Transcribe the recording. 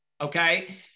okay